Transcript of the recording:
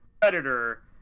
Predator